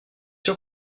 sûr